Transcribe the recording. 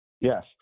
yes